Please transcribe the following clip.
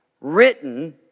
written